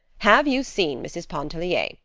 have you seen mrs. pontellier?